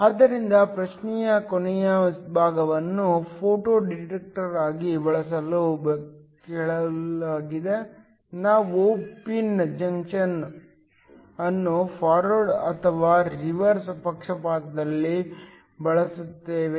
ಆದ್ದರಿಂದ ಪ್ರಶ್ನೆಯ ಕೊನೆಯ ಭಾಗವನ್ನು ಫೋಟೋ ಡಿಟೆಕ್ಟರ್ ಆಗಿ ಬಳಸಲು ಕೇಳಲಾಗಿದೆ ನಾವು ಪಿನ್ ಜಂಕ್ಷನ್ ಅನ್ನು ಫಾರ್ವರ್ಡ್ ಅಥವಾ ರಿವರ್ಸ್ ಪಕ್ಷಪಾತದಲ್ಲಿ ಬಳಸುತ್ತೇವೆಯೇ